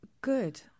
good